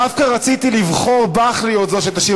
דווקא רציתי לבחור בך להיות זו שתשיב,